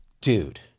Dude